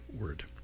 word